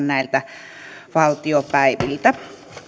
näiltä valtiopäiviltä